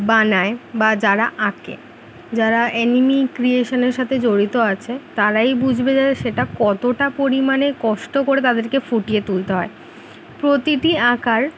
বানায় বা যারা আঁকে যারা অ্যানিমে ক্রিয়েশনের সাথে জড়িত আছে তারাই বুঝবে যাতে সেটা কতটা পরিমাণে কষ্ট করে তাদেরকে ফুটিয়ে তুলতে হয় প্রতিটি আঁকার